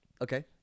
Okay